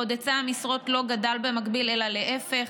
בעוד היצע המשרות לא גדל במקביל אלא להפך.